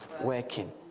Working